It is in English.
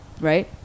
right